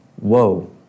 whoa